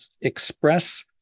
express